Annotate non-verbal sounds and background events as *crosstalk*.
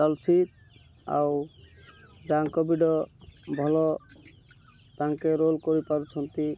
ଚାଲିଛି ଆଉ ଯାହାଙ୍କ *unintelligible* ଭଲ ତାଙ୍କେ ରୋଲ୍ କରିପାରୁଛନ୍ତି